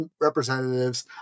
representatives